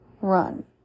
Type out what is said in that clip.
run